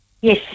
Yes